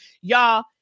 Y'all